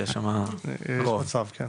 יש מצב שכן.